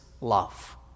love